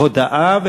הודעה,